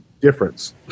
difference